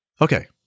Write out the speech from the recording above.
Okay